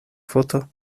foto